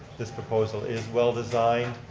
this proposal is well designed,